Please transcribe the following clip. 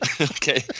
okay